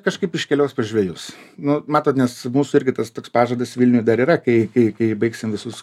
kažkaip iškeliaus pas žvejus nu matot nes mūsų irgi tas toks pažadas vilniui dar yra kai kai kai baigsim visus